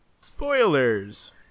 Spoilers